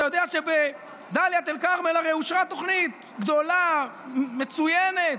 אתה יודע שבדאלית אל-כרמל הרי אושרה תוכנית גדולה ומצוינת.